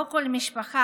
לא כל משפחה,